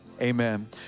Amen